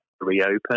reopen